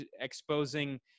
exposing